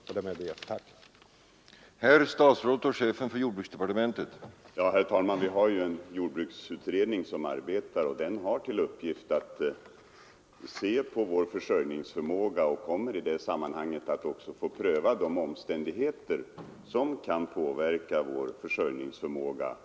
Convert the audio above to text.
Jag ber än en gång att få tacka för svaret på min enkla fråga.